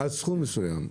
עד סכום מסוים.